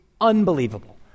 unbelievable